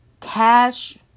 cash